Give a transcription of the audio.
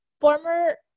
former